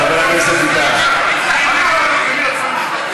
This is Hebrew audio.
חבר הכנסת ביטן, יו"ר הקואליציה.